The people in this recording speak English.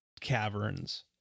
caverns